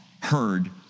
heard